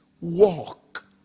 walk